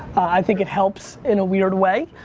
i think it helps in a weird way.